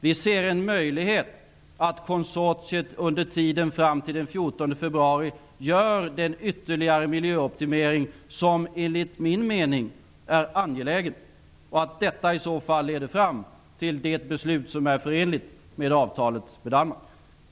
Vi ser möjligheten att konsortiet under tiden fram till den 14 februari gör den ytterligare miljöoptimering som enligt min mening är angelägen och att detta i så fall leder fram till det beslut som är förenligt med avtalet med Danmark.